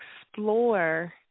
explore